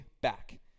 back